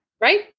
Right